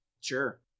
Sure